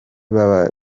baba